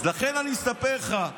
אז לכן אני מספר לך.